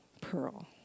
pearl